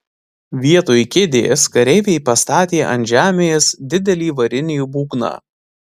vietoj kėdės kareiviai pastatė ant žemės didelį varinį būgną